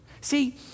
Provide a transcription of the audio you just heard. See